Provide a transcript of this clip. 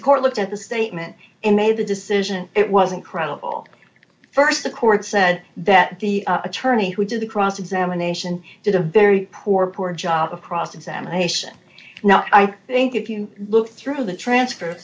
the court looked at the statement and made the decision it wasn't credible st the court said that the attorney who did the cross examination did a very poor poor job of cross examination now i think if you look through the trans